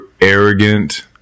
arrogant